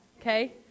okay